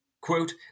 quote